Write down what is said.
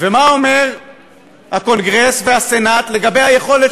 ומה אומרים הקונגרס והסנאט לגבי היכולת